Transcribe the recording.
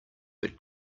but